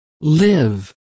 live